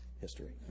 history